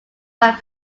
around